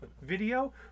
video